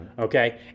Okay